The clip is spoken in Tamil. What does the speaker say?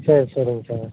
சரி சரிங்க சார்